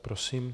Prosím.